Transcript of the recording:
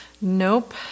Nope